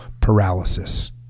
paralysis